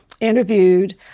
interviewed